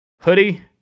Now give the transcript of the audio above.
hoodie